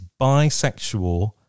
bisexual